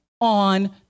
on